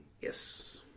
Yes